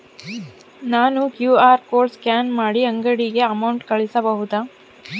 ನಾನು QR code scan ಮಾಡಿ ಅಂಗಡಿಗೆ ಅಮೌಂಟ್ ಕಳಿಸಬಹುದಾ?